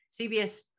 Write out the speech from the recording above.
cbs